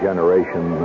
generation